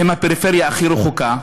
הם הפריפריה הכי רחוקה.